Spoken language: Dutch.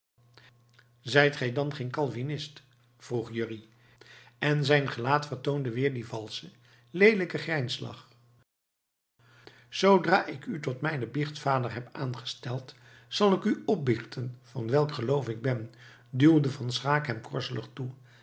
zijt gij dan geen calvinist vroeg jurrie en zijn gelaat vertoonde weer dien valschen leelijken grijnslach zoodra ik u tot mijnen biechtvader heb aangesteld zal ik u opbiechten van welk geloof ik ben duwde van schaeck hem korzelig toe